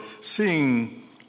seeing